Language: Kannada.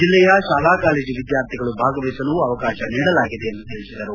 ಜಿಲ್ಲೆಯ ಶಾಲಾ ಕಾಲೇಜು ವಿದ್ವಾರ್ಥಿಗಳು ಭಾಗವಹಿಸಲು ಅವಕಾಶ ನೀಡಲಾಗಿದೆ ಎಂದು ತಿಳಿಸಿದರು